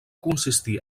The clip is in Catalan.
consistir